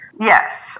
Yes